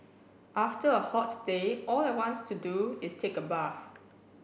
after a hot day all I want to do is take a bath